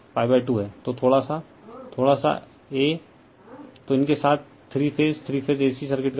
आगे हम magnetic circuit लेंगे और उसके बाद थोड़ा सिंगल फेज ट्रांसफॉर्मर और थोड़ा सा थ्री फेज इंडक्शन मशीन और डीसी मशीन लेंगे